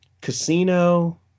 Casino